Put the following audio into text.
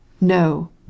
no